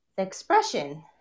Expression